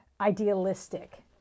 Idealistic